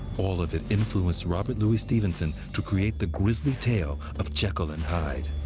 all of it influenced robert louis stevenson to create the grisly tale of jekyll and hyde.